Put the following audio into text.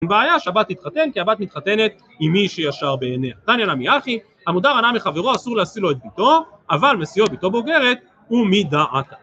בעיה שהבת תתחתן כי הבת מתחתנת עם מי שישר בעיניה, תניא נמי הכי, המודר ענה מחברו אסור להשיא לו את ביתו אבל משיאו ביתו בוגרת ומדעתה